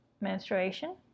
menstruation